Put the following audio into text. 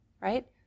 right